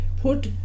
put